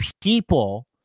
people